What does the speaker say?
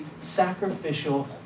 sacrificial